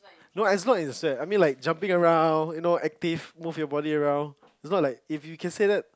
no as long as you sweat I mean like jumping around you know active move your body around is not like if you can say that